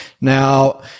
Now